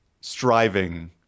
striving